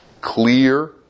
clear